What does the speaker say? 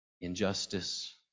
Injustice